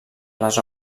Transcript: les